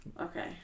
Okay